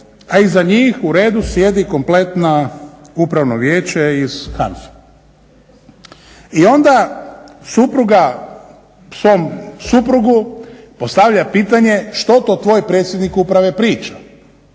a iza njih u redu sjedi kompletno Upravno vijeće iz HANFA-e. I onda supruga svom suprugu postavlja pitanje što to tvoj predsjednik uprave priča.